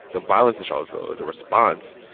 the violence in charlottesville is a response